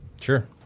Sure